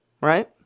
right